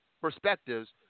perspectives